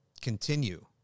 continue